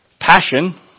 passion